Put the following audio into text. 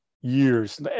years